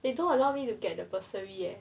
they don't allow me to get the bursary eh